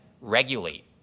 regulate